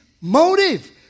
motive